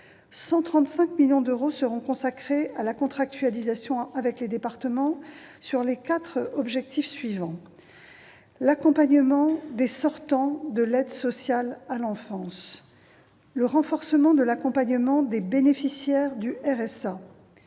135 millions d'euros seront consacrés à la contractualisation avec les départements, laquelle portera sur les quatre objectifs suivants : l'accompagnement des sortants de l'aide sociale à l'enfance, le renforcement de l'accompagnement des bénéficiaires du RSA,